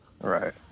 Right